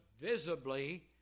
visibly